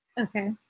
Okay